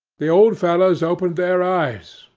the old fellows opened their eyes,